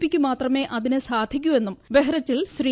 പിക്ക് മാത്രമെ അതിന് സാധിക്കൂവെന്നും ബഹ്റിച്ചിൽ ശ്രീ